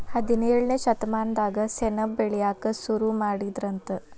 ಹದಿನೇಳನೇ ಶತಮಾನದಾಗ ಸೆಣಬ ಬೆಳಿಯಾಕ ಸುರು ಮಾಡಿದರಂತ